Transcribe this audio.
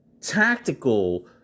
tactical